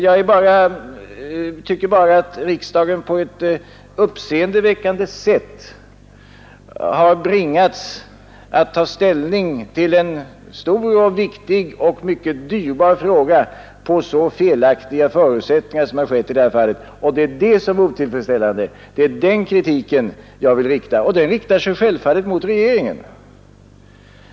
Jag tycker bara att riksdagen på ett uppseendeväckande sätt har bringats att ta ställning till en stor, viktig och mycket dyrbar fråga på felaktiga förutsättningar. Det är detta jag vill kritisera, och den kritiken riktar sig självfallet mot regeringen.